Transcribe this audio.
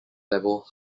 level